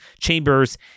chambers